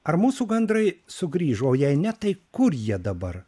ar mūsų gandrai sugrįžo o jei ne tai kur jie dabar